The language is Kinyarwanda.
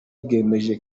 bwemeje